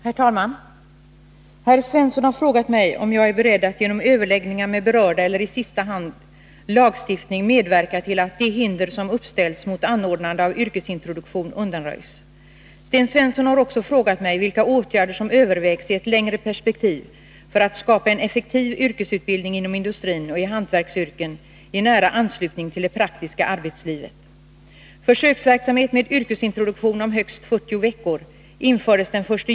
Herr talman! Sten Svensson har frågat mig om jag är beredd att genom överläggningar med berörda eller i sista hand lagstiftning medverka till att de hinder som uppställs mot anordnande av yrkesintroduktion undanröjs. Sten Svensson har också frågat mig vilka åtgärder som övervägs i ett längre perspektiv för att skapa en effektiv yrkesutbildning inom industrin och i hantverksyrken i nära anslutning till det praktiska arbetslivet.